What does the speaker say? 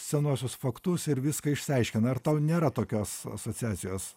senuosius faktus ir viską išsiaiškina ar tau nėra tokios asociacijos